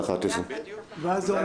שהמליאה תיפתח ב- 11:00. ואז זה אומר